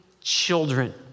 children